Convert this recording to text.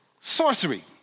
sorcery